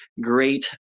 great